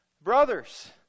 Brothers